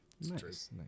Nice